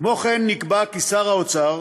כמו כן, נקבע כי שר האוצר